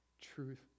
truth